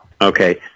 Okay